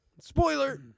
Spoiler